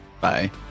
Bye